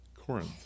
corinth